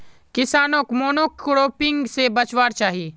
किसानोक मोनोक्रॉपिंग से बचवार चाही